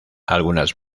algunas